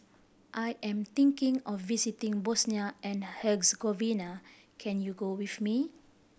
I am thinking of visiting Bosnia and Herzegovina can you go with me